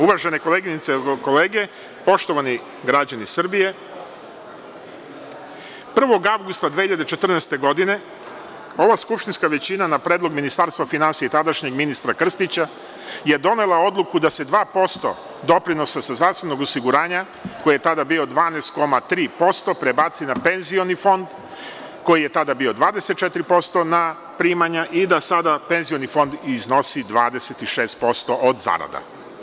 Uvažene koleginice i kolege, poštovani građani Srbije, 1. avgusta 2014. godine ova skupštinska većina, na predlog Ministarstva finansija i tadašnjeg ministra Krstića je donela odluku da se 2% doprinosa sa zdravstvenog osiguranja koje je tada bilo 12,3% prebaci na PIO Fond koji je tada bio 24% na primanja i da sada PIO Fond iznosi 26% od zarada.